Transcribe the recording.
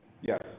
Yes